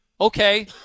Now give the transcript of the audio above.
Okay